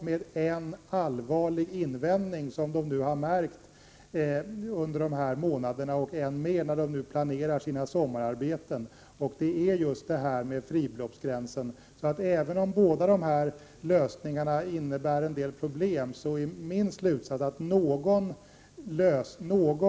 Men de har en allvarlig invändning, vilken har märkts under de gångna månaderna och kommer att märkas än mer när de planerar för sommararbete. Den invändningen gäller just fribeloppsgränsen. Även om de båda nämnda lösningarna innebär en del problem är min slutsats att någon förändring i fråga om fribeloppsgränsen måste göras.